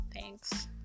Thanks